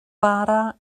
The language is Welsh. bara